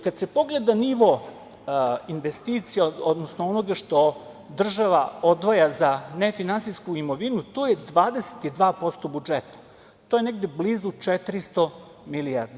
Kad se pogleda nivo investicija, odnosno onoga što država odvaja za nefinansijsku imovinu, to je 22% budžeta, to je negde blizu 400 milijardi.